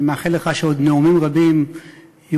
אני מאחל לך שעוד נאומים רבים יוקדשו,